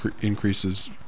increases